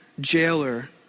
jailer